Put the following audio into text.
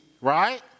right